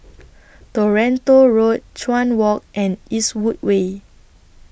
Toronto Road Chuan Walk and Eastwood Way